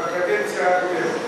דיברתי בקדנציה הקודמת.